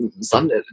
Sunday